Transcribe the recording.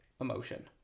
emotion